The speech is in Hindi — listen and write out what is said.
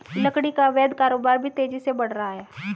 लकड़ी का अवैध कारोबार भी तेजी से बढ़ रहा है